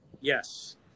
Yes